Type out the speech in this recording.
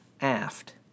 aft